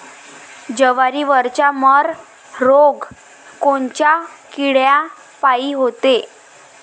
जवारीवरचा मर रोग कोनच्या किड्यापायी होते?